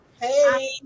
hey